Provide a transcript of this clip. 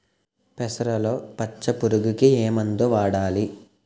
పెసరలో పచ్చ పురుగుకి ఏ మందు వాడాలి?